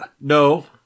No